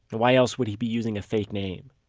why else would he be using a fake name?